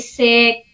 sick